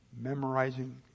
memorizing